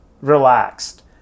relaxed